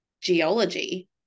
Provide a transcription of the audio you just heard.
geology